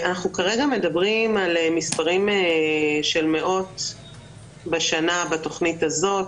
אנחנו כרגע מדברים על מספרים של מאות בשנה בתוכנית הזאת,